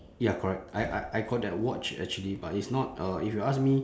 ya correct I I I got that watch actually but it's not uh if you ask me